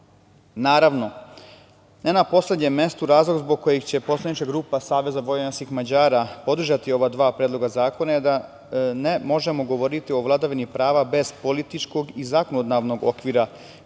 prava. Naravno, ne na poslednjem mestu razlog zbog kojeg će poslanička grupa SVM podržati ova dva predloga zakona je da ne možemo govoriti o vladavini prava bez političkog i zakonodavnog okvira,